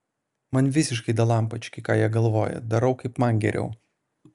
man visiškai dalampački ką jie galvoja darau kaip man geriau